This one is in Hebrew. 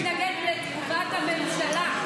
האם אתה מתנגד לתגובת הממשלה?